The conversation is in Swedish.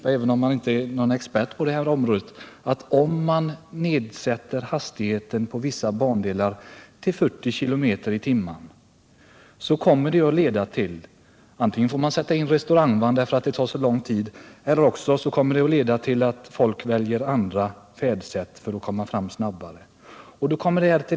Även om man inte är expert på detta område bör man begripa att om hastigheten på vissa bandelar nedsätts till 40 km i timmen, så kommer det att leda till att SJ måste sätta in restaurangvagnar därför att resan tar så lång tid eller att folk använder andra färdsätt för att komma snabbare fram.